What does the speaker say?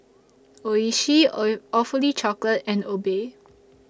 Oishi Awfully Chocolate and Obey